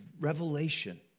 revelation